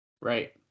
Right